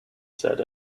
said